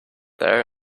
there